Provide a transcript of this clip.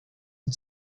and